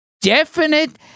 definite